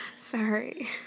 sorry